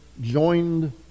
joined